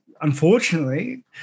unfortunately